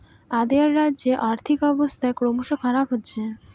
অ্দেআক রাজ্যের আর্থিক ব্যবস্থা ক্রমস খারাপ হচ্ছে